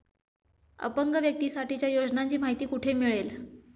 अपंग व्यक्तीसाठीच्या योजनांची माहिती कुठे मिळेल?